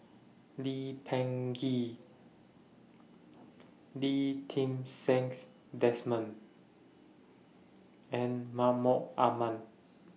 Lee Peh Gee Lee Ti Seng's Desmond and Mahmud Ahmad